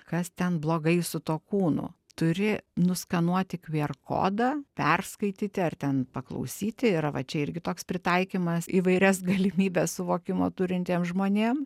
kas ten blogai su tuo kūnu turi nuskanuoti kiu er kodą perskaityti ar ten paklausyti yra va čia irgi toks pritaikymas įvairias galimybes suvokimo turintiem žmonėm